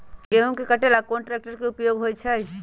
गेंहू के कटे ला कोंन ट्रेक्टर के उपयोग होइ छई?